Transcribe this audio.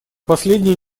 последние